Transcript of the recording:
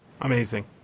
Amazing